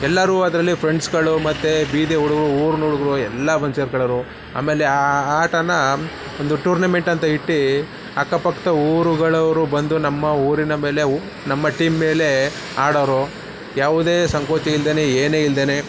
ಎಲ್ಲರೂ ಅದರಲ್ಲಿ ಫ್ರೆಂಡ್ಸ್ಗಳು ಮತ್ತು ಬೀದಿ ಹುಡುಗ ಊರ್ನ ಹುಡುಗ್ರು ಎಲ್ಲ ಬಂದು ಸೇರ್ಕೊಳ್ಳೋರು ಆಮೇಲೆ ಆ ಆಟನ ಒಂದು ಟೂರ್ನಮೆಂಟ್ ಅಂತ ಇಟ್ಟು ಅಕ್ಕಪಕ್ಕದ ಊರುಗಳವರು ಬಂದು ನಮ್ಮ ಊರಿನ ಮೇಲೆ ಅವು ನಮ್ಮ ಟೀಮ್ ಮೇಲೆ ಆಡೋರು ಯಾವುದೇ ಸಂಕೋಚ ಇಲ್ಲದೇನೆ ಏನೇ ಇಲ್ಲದೇನೆ